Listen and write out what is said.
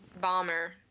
bomber